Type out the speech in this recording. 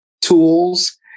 tools